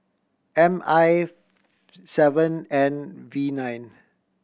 M I seven N V nine